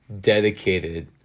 dedicated